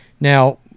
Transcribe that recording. Now